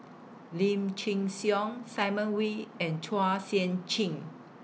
Lim Chin Siong Simon Wee and Chua Sian Chin